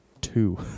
Two